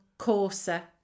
coarser